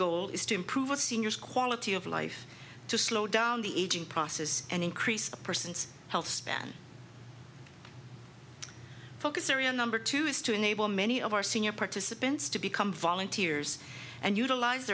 goal is to improve our seniors quality of life to slow down the aging process and increase the person's health span focus area number two is to enable many of our senior participants to become volunteers and utilize